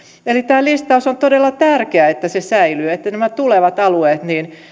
eli on todella tärkeää että tämä listaus säilyy että nämä tulevat alueet